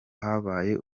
habaye